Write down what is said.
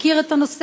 מכיר את הנושא?